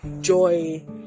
joy